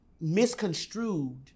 misconstrued